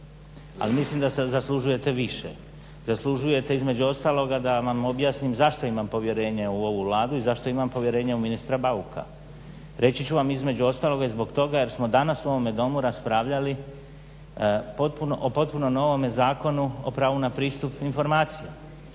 A mislim da sam zaslužujete više, zaslužujete između ostaloga da vam objasnim zašto imam povjerenje u ovu Vladu i zašto imam povjerenja u ministra Bauka. Reći ću vam između ostalog i zbog toga jer smo danas u ovome Domu raspravljali o potpuno novome z+Zakon o pravu na pristup informaciji.